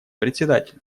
председатель